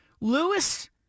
Lewis